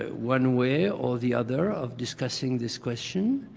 ah one way or the other of discussing this question,